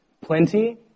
plenty